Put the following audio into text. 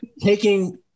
taking